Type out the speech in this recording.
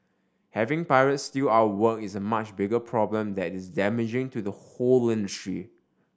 having pirates steal our work is a much bigger problem that is damaging to the whole industry